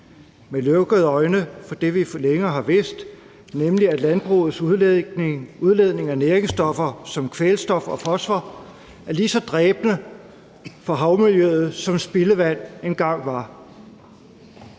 har lukket øjnene for det, vi for længe har vidst, nemlig at landbrugets udledning af næringsstoffer som kvælstof og fosfor er lige så dræbende for havmiljøet, som spildevand engang var.